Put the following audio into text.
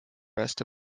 rest